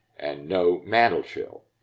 and no mantel shelf.